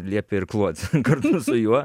liepė irkluot kartu su juo